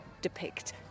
depict